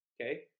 Okay